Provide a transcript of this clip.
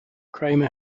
cramer